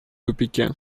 тупике